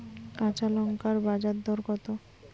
কাঁচা লঙ্কার বাজার দর কত?